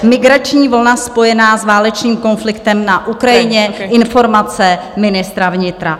Migrační vlna spojená s válečným konfliktem na Ukrajině informace ministra vnitra.